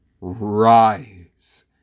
Rise